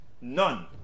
none